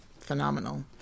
phenomenal